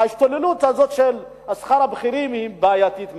ההשתוללות הזאת של שכר הבכירים היא בעייתית מאוד,